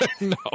No